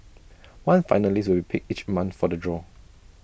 one finalist will be picked each month for the draw